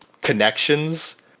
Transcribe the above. connections